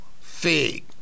fig